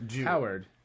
Howard